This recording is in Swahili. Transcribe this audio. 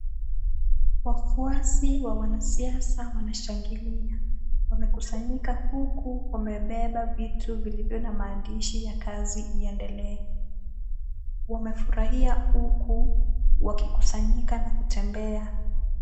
Wafuasi wa wanasiasa wanashangilia. Wamekusanyika huku wamebeba vitu vilivyo na maandishi ya kazi iendelee. Wamefurahia huku wakikusanyika na kutembea.